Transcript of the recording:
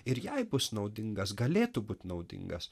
ir jai bus naudingas galėtų būt naudingas